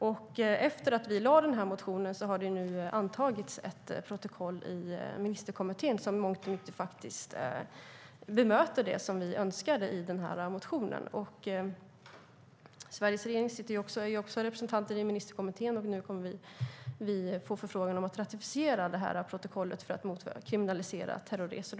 Efter det att vi väckte motionen har det nu antagits ett protokoll i ministerkommittén som i mångt och mycket bemöter det som vi önskar i motionen. Sveriges regering har representanter i ministerkommittén, och nu kommer vi att få en förfrågan om att ratificera protokollet för att kriminalisera terrorresor.